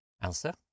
Answer